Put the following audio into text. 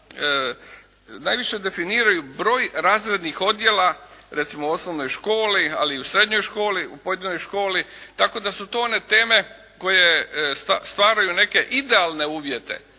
najviše definiraju broj razrednih odjela recimo u osnovnoj školi ali i u srednjoj školu, u pojedinoj školi tako da su to one teme koje stvaraju neke idealne uvjete.